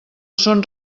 són